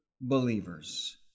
believers